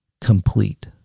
complete